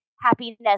Happiness